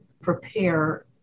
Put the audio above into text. prepare